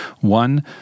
One